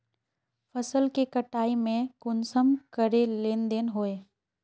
फसल के कटाई में कुंसम करे लेन देन होए?